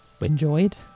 enjoyed